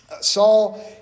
Saul